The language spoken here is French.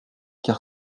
car